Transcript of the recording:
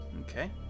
Okay